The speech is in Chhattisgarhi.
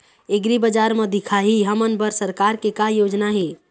एग्रीबजार म दिखाही हमन बर सरकार के का योजना हे?